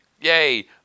yay